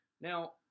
Now